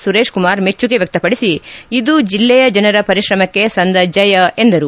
ಸುರೇಶ್ ಕುಮಾರ್ ಮೆಚ್ಚುಗೆ ವ್ನಕ್ಷಪಡಿಸಿ ಇದು ಜೆಲ್ಲೆಯ ಜನರ ಪರಿಶ್ರಮಕ್ಕೆ ಸಂದ ಜಯ ಎಂದರು